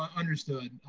um understood.